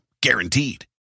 Guaranteed